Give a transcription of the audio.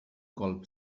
colp